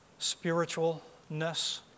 spiritualness